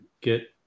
get